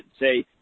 say